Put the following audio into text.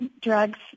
drugs